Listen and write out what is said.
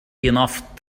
نفط